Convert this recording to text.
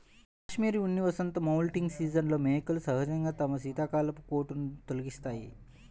cashmere ఉన్ని వసంత moulting సీజన్లో మేకలు సహజంగా తమ శీతాకాలపు కోటును తొలగిస్తాయి